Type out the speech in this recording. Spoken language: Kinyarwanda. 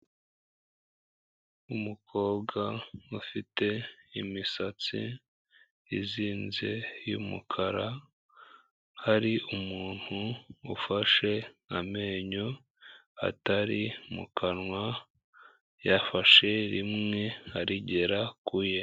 Umukobwa ufite imisatsi izinze y'umukara, hari umuntu ufashe amenyo atari mu kanwa, yafashe rimwe arigera ku ye.